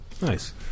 Nice